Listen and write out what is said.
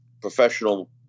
professional